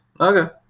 okay